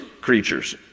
creatures